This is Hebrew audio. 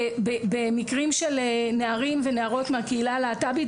במקרים של נערים ונערות מהקהילה הלהט"בית,